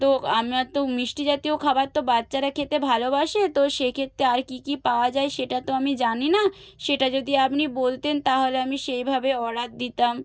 তো আমার তো মিষ্টি জাতীয় খাবার তো বাচ্চারা খেতে ভালোবাসে তো সেক্ষেত্রে আর কী কী পাওয়া যায় সেটা তো আমি জানি না সেটা যদি আপনি বলতেন তাহলে আমি সেইভাবে অর্ডার দিতাম